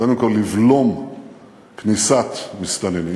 קודם כול לבלום כניסת מסתננים.